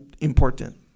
important